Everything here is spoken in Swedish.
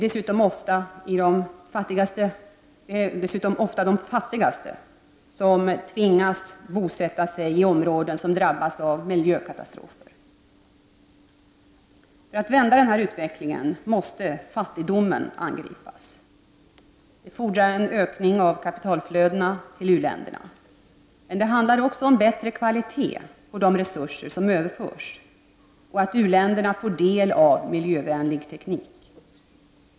Det är dessutom ofta de fattigaste som tvingas bosätta sig i områden som drabbas av miljökatastrofer. För att man skall kunna vända denna utveckling måste fattigdomen angripas. Det fordrar en ökning av kapitalflödena till u-länderna. Men det handlar också om en bättre kvalitet på de resurser som överförs, och om att uländerna får del av ny, miljövänlig teknik.